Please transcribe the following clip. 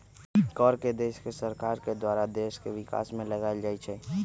कर के देश के सरकार के द्वारा देश के विकास में लगाएल जाइ छइ